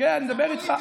עזוב פוליטי.